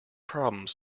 problems